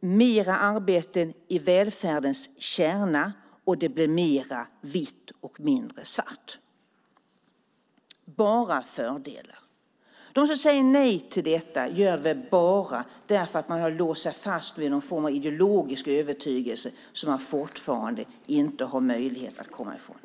mer arbeten i välfärdens kärna, och det blir mer vitt och mindre svart. Det är bara fördelar. De som säger nej till detta gör det bara därför att de har låst sig fast vid någon form av ideologisk övertygelse som de fortfarande inte har möjlighet att komma ifrån.